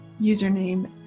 username